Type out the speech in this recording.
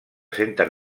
senten